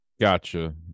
Gotcha